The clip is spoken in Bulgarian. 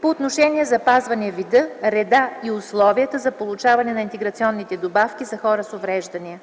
по отношение запазване вида, реда и условията за получаването на интеграционните добавки за хора с увреждания.